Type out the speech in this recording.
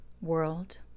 world